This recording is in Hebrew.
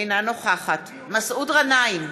אינה נוכחת מסעוד גנאים,